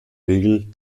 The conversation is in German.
regel